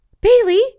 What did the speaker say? Bailey